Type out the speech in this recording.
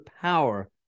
power